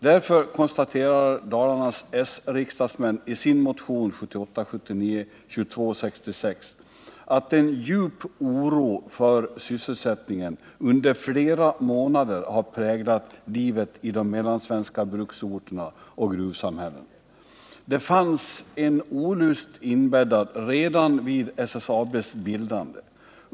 Därför konstaterar Dalarnas s-riksdagsmän i sin motion 1978/79:2266 att en djup oro för sysselsättningen under flera månader har präglat livet i de mellansvenska bruksorterna och gruvsamhällena. Det fanns en olust inbäddad redan vid SSAB:s bildande.